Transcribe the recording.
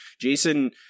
Jason